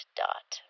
dot